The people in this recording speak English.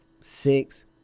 Six